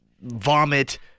vomit